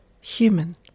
human